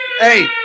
hey